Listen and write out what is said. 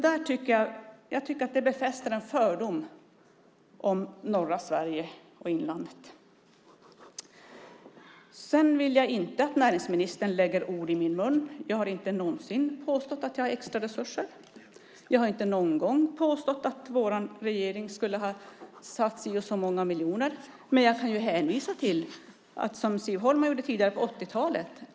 Det befäster en fördom om norra Sverige och inlandet. Jag vill inte att näringsministern lägger ord i min mun. Jag har aldrig någonsin påstått att jag har extraresurser. Jag har inte någon gång påstått att vår regering skulle ha haft si eller så många miljoner. Jag kan hänvisa till det som också Siv Holma gjorde tidigare.